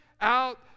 out